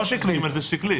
לא שקלית.